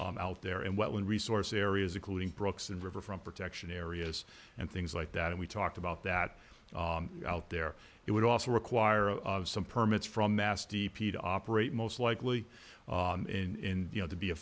out there and what one resource areas including brooks and river from protection areas and things like that and we talked about that out there it would also require some permits from mass d p to operate most likely in you know to be a